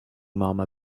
mama